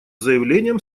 заявлением